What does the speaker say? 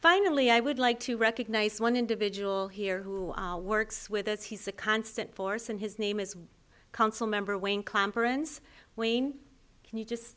finally i would like to recognize one individual here who works with us he's a constant force and his name is council member wayne clamp arends wayne can you just